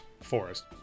forest